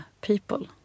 people